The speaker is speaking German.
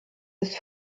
ist